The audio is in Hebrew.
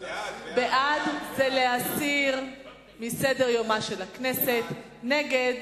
בעד זה להסיר מסדר-יומה של הכנסת, ונגד